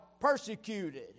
persecuted